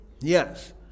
Yes